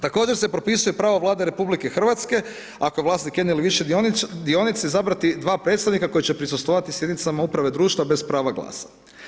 Također se propisuje pravo Vlade Republike Hrvatske ako vlasnik jedne ili više dionice, izabrati dva predstavnika koji će prisustvovati sjednicama Uprave društva bez prava glasa.